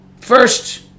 first